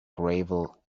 gravel